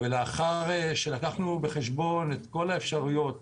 ולאחר שלקחנו בחשבון את כל האפשרויות